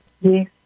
Yes